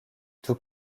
tout